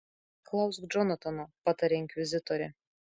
klausk džonatano patarė inkvizitorė